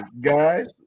guys